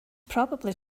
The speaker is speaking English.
probably